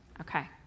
Okay